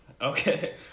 Okay